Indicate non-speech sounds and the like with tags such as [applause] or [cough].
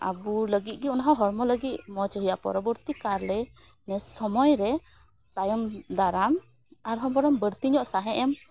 ᱟᱹᱵᱩ ᱞᱟᱹᱜᱤᱫ ᱜᱮ ᱚᱱᱟᱦᱚᱸ ᱦᱚᱲᱢᱚ ᱞᱟᱹᱜᱤᱫ ᱢᱚᱡᱽ ᱦᱩᱭᱩᱜᱼᱟ ᱯᱚᱨᱚᱵᱚᱨᱛᱤ ᱠᱟᱞᱮ [unintelligible] ᱥᱚᱢᱚᱭᱨᱮ ᱛᱟᱭᱚᱢ ᱫᱟᱨᱟᱢ ᱟᱨᱦᱚᱸ ᱵᱚᱨᱚᱝ ᱵᱟᱹᱲᱛᱤᱧᱚᱜ ᱥᱟᱸᱦᱮᱫ ᱮᱢ